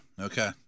Okay